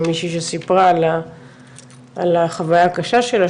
מישהי שסיפרה על החוויה הקשה שלה,